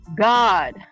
God